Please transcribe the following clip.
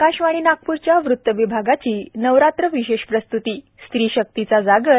आकाशवाणी नागपूरच्या वृत्त विभागाची नवरात्र विशेष प्रस्त्ती स्त्री शक्तीचा जागर